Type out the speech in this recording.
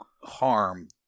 harm